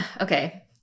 Okay